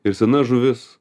ir sena žuvis